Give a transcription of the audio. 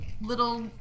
little